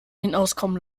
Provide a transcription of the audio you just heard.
hinauskommen